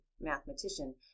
mathematician